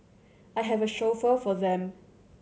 I have a chauffeur for them